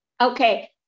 Okay